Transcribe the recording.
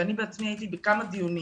ואני עצמי הייתי בכמה דיונים,